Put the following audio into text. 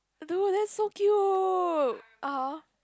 dude that's so cute ah hor